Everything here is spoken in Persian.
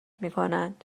میکنند